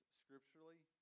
scripturally